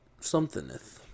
Somethingeth